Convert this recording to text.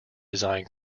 design